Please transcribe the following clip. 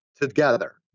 together